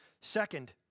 Second